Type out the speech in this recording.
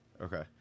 Okay